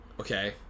Okay